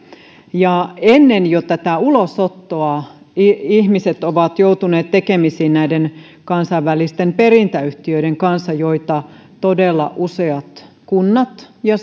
jo ennen tätä ulosottoa ihmiset ovat joutuneet tekemisiin näiden kansainvälisten perintäyhtiöiden kanssa joita todella useat kunnat sairaanhoitopiirit ja